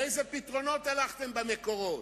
לאיזה פתרונות הלכתם במקורות?